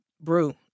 brew